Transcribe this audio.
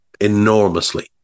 enormously